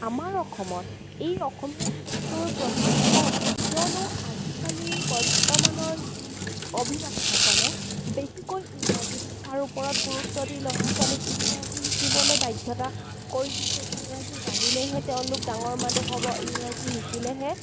আমাৰ অসমত এই অসমীয়া ভাষাটোৰ প্ৰভাৱ কম কিয়নো আজিকালিৰ বৰ্তমানৰ যি অভিভাৱকসকলে বেছিকৈ ইংৰাজী ভাষাৰ ওপৰত গুৰুত্ব দি ল'ৰা ছোৱালীক ইংৰাজী শিকিবলৈ বাধ্যতা কৰি দিছে ইংৰাজী জানিলেহে তেওঁলোক ডাঙৰ মানুহ হ'ব ইংৰাজী শিকিলেহে